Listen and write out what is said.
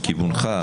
מכיוונך,